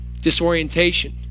disorientation